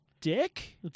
Dick